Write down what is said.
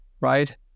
right